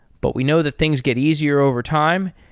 but we know that things get easier overtime,